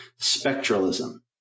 spectralism